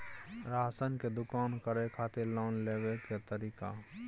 Ration के दुकान करै खातिर लोन लेबै के तरीका?